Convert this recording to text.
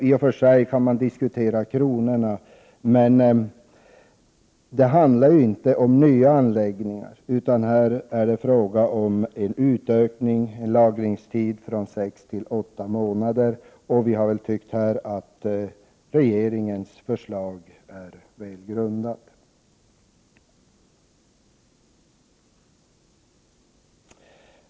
I och för sig kan man diskutera kronorna, men det handlar inte om nya anläggningar, utan här är det fråga om en utökning av lagringstiden från sex till åtta månader, och utskottsmajoriteten har tyckt att regeringens förslag är väl grundat.